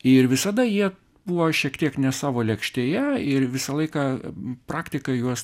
ir visada jie buvo šiek tiek ne savo lėkštėje ir visą laiką praktikai juos